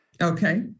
Okay